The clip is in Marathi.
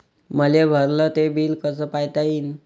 मले भरल ते बिल कस पायता येईन?